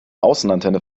außenantenne